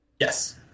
Yes